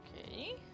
Okay